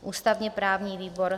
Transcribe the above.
Ústavněprávní výbor: